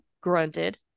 grunted